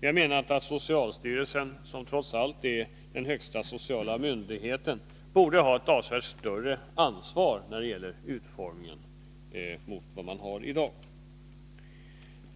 Vi har ansett att socialstyrelsen, som trots allt är den högsta sociala myndigheten, borde ha ett avsevärt större ansvar när det gäller utformningen av existensminimum än vad man har i dag.